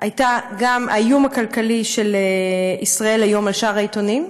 הייתה גם האיום הכלכלי של "ישראל היום" על שאר העיתונים,